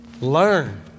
learn